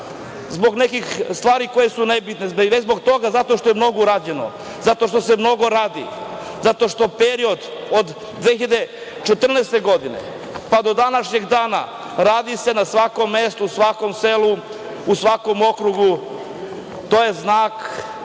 zbog nekih stvari koje su nebitne, već zato što je mnogo urađeno, zato što se mnogo radi, zato što se u periodu od 2014. godine pa do današnjeg dana radi na svakom mestu, u svakom selu, u svakom okrugu. To je znak